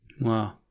Wow